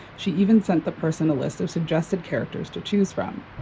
she even sent the person a list of suggested characters to choose from.